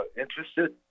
interested